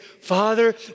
Father